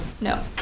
No